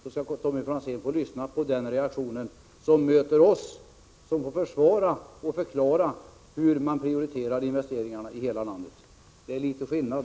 Då kommer Tommy Franzén att få uppleva den reaktion som möter oss som skall försvara och förklara prioriteringen av de investeringar som görs över hela landet. Det är litet skillnad!